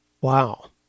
Wow